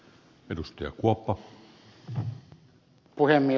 arvoisa puhemies